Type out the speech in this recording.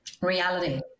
reality